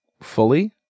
fully